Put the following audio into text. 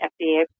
FDA